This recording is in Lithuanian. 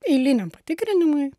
eiliniam patikrinimui